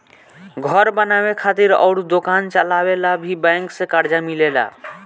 घर बनावे खातिर अउर दोकान चलावे ला भी बैंक से कर्जा मिलेला